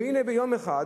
והנה ביום אחד,